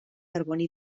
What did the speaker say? carboni